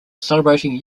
celebrating